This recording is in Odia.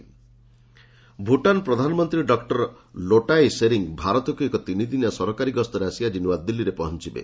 ଭୁଟାନ୍ ପିଏମ୍ ଭୁଟାନ୍ ପ୍ରଧାନମନ୍ତ୍ରୀ ଡକ୍ର ଲୋଟାଏ ସେରିଂ ଭାରତକୁ ଏକ ତିନିଦିନିଆ ସରକାରୀ ଗସ୍ତରେ ଆସି ଆଜି ନୂଆଦିଲ୍ଲୀରେ ପହଞ୍ଚୁବେ